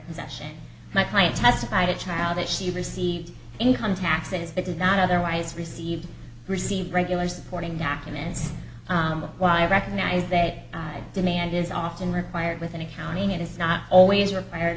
possession my client testified a child that she received income taxes but did not otherwise receive receive regular supporting documents while i recognize that demand is often required with an accounting it is not always required